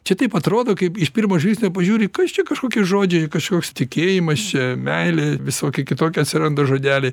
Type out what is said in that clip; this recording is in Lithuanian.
čia taip atrodo kaip iš pirmo žvilgsnio pažiūri kas čia kažkokie žodžiai kažkoks tikėjimas čia meilė visokie kitokie atsiranda žodeliai